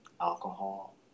alcohol